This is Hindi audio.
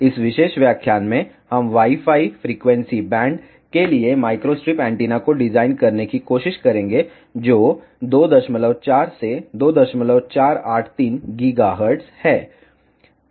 इस विशेष व्याख्यान में हम वाई फाई फ्रीक्वेंसी बैंड के लिए माइक्रोस्ट्रिप एंटीना को डिजाइन करने की कोशिश करेंगे जो 24 से 2483 GHz है